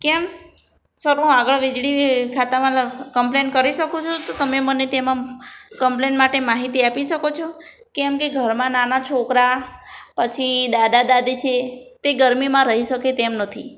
કેમ સર હું આગળ વીજળી ખાતામાં લ કંપલેન કરી શકું છુ તો તમે મને તેમાં કંપલેન માટે માહિતી આપી શકો છો કેમ કે ઘરમાં નાના છોકરા પછી દાદા દાદી છે તે ગરમીમાં રહી શકે તેમ નથી